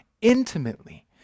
intimately